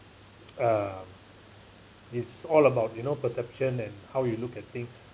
um it's all about you know perception and how you look at things